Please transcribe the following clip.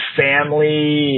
family